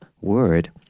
word